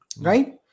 right